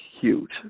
huge